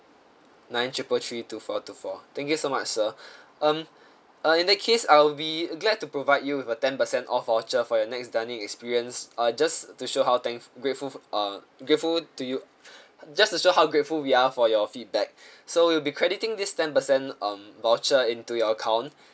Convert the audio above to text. nine triple three two four two four thank you so much sir um uh in that case I'll be glad to provide you with a ten percent off voucher for your next dining experience uh just to show how thankf~ grateful uh grateful to you just to show how grateful we are for your feedback so we'll be crediting this ten percent um voucher into your account